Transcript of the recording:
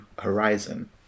horizon